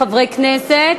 חברי הכנסת,